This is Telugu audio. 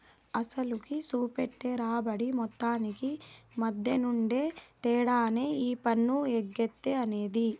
అసలుకి, సూపెట్టే రాబడి మొత్తానికి మద్దెనుండే తేడానే ఈ పన్ను ఎగేత అనేది